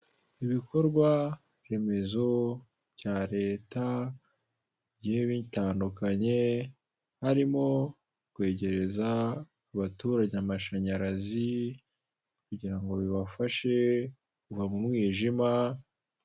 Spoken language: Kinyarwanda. Ibikorwa remezo bya leta bigiye bitandukanye, harimo kwegereza abaturage amashanyarazi kugira ngo bibafashe kuva mu mwijima.